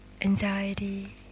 anxiety